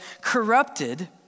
corrupted